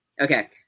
Okay